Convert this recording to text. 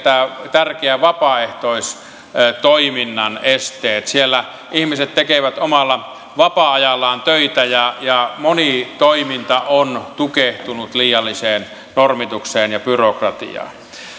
nämä tärkeän vapaaehtoistoiminnan esteet siellä ihmiset tekevät omalla vapaa ajallaan töitä ja ja moni toiminta on tukehtunut liialliseen normitukseen ja byrokratiaan